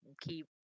keep